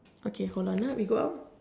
okay hold on ah we go out